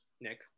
Nick